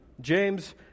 James